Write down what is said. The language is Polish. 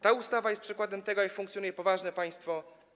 Ta ustawa jest przykładem tego, jak funkcjonuje poważne państwo.